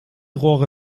rohre